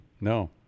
No